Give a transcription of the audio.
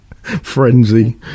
frenzy